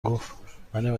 گفتمریم